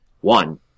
one